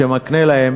שמקנה להם